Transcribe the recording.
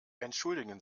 entschuldigen